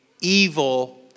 evil